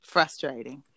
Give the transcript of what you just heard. Frustrating